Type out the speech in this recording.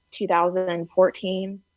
2014